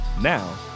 Now